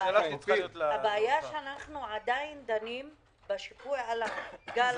הבעיה היא שאנחנו עדיין דנים בשיפוי על הגל הראשון.